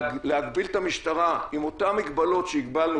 להגביל את המשטרה עם אותן מגבלות שהגבלנו